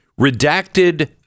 redacted